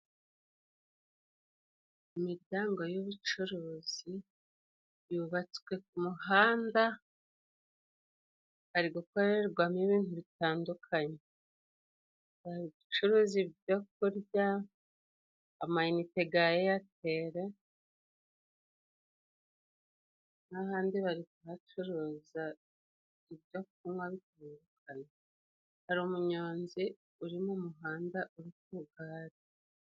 Imitangwa y'ubucuruzi yubatswe ku muhanda. Hari gukorerwamo ibintu bitandukanye. Bari gucuruza byo kurya, amayinite ya eyateli, n'ahandi bari kuhacuruza ibyo kunywa bitandukanye. Hari umunyonzi uri mu muhanda, uri ku igare.